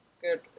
good